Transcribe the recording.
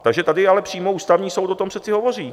Takže tady je ale přímo Ústavní soud o tom přece hovoří.